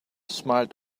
smiled